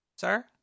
Sir